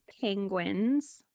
penguins